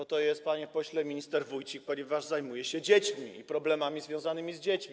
Po to jest, panie pośle, minister Wójcik, ponieważ zajmuje się dziećmi i problemami związanymi z dziećmi.